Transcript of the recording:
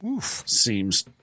seems